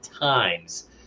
times